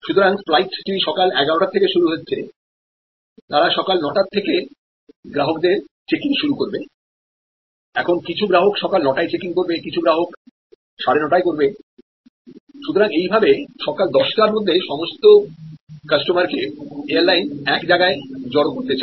সুতরাং ফ্লাইটটি সকাল এগারো টা থেকে শুরু হচ্ছে তারা সকাল নয় টা থেকে গ্রাহকদের চেক ইন শুরু করবে এখন কিছু গ্রাহক সকাল নটায় চেক ইন করবেকিছু গ্রাহক সাড়ে নটায় করবে সুতরাং এই ভাবে সকাল দশটার মধ্যে সমস্ত কাস্টমারকে এয়ারলাইনস এক জায়গায় জড়ো করতে চায়